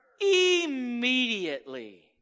Immediately